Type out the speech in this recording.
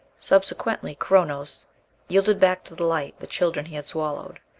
subsequently chronos yielded back to the light the children he had swallowed.